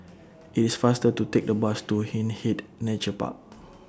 IT IS faster to Take The Bus to Hindhede Nature Park